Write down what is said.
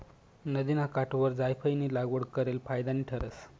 नदिना काठवर जायफयनी लागवड करेल फायदानी ठरस